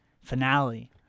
finale